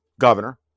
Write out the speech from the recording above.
governor